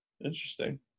Interesting